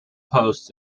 posts